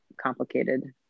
complicated